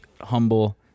humble